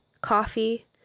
coffee